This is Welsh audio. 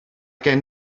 gen